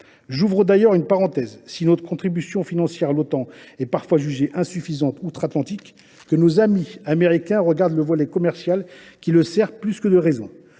J’ouvrirai d’ailleurs une parenthèse. Si notre contribution financière à l’Otan est parfois jugée insuffisante outre Atlantique, j’invite nos amis américains à considérer le volet commercial, qui les sert plus que de raison.